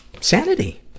sanity